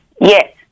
Yes